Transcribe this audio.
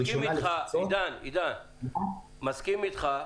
עידן, אני מסכים איתך.